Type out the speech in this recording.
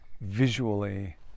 visually